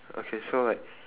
okay so like